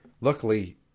Luckily